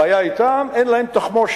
הבעיה אתם, אין להם תחמושת.